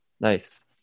Nice